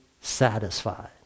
satisfied